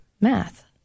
math